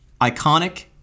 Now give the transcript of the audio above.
iconic